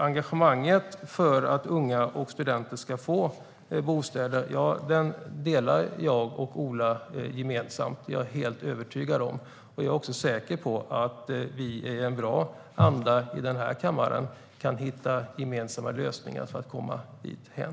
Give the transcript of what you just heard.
Engagemanget för att unga och studenter ska få bostäder delar jag och Ola, det är jag helt övertygad om. Jag är också säker på att vi i en god anda i den här kammaren kan hitta gemensamma lösningar för att komma dithän.